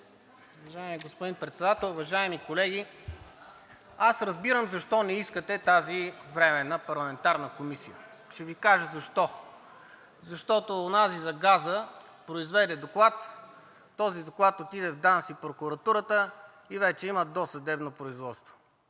Уважаеми господин Председател, уважаеми колеги! Аз разбирам защо не искате тази временна парламентарна комисия. Ще Ви кажа защо. Защото онази за газа произведе доклад, този доклад отиде в ДАНС и прокуратурата и вече има досъдебно производство.